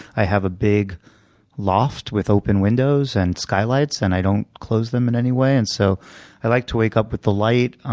i have a big loft with open windows and skylights, and i don't close them in any way. and so i like to wake up with the light.